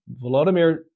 Volodymyr